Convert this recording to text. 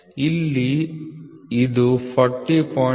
ಇಲ್ಲಿ ಇದು 40